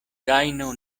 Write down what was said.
gajno